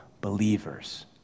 believers